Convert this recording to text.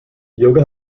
yoga